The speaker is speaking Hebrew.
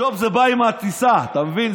הג'וב זה בא עם הטיסה, אתה מבין?